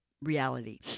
reality